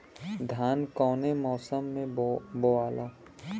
धान कौने मौसम मे बोआला?